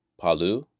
Palu